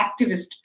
activist